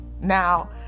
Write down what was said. Now